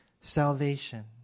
salvation